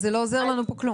אז זה לא עוזר לנו פה כלום.